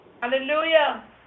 Hallelujah